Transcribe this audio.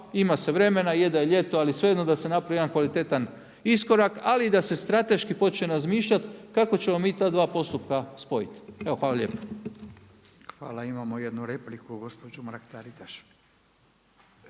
ima se vremena, je da je ljeto, ali svejedno da se napravi jedan kvalitetan iskorak ali da se strateški počne razmišljati kako ćemo mi ta dva postupka spojiti. Hvala lijepa. **Radin, Furio (Nezavisni)** Hvala. Imamo jednu repliku gospođa Mrak-Taritaš.